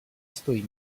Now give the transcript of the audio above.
stojí